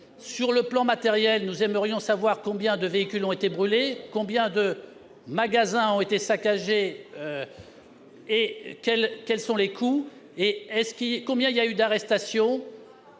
Sur le plan matériel, nous aimerions savoir combien de véhicules ont été brûlés, combien de magasins ont été saccagés et quel en est le coût. Quel est le nombre d'arrestations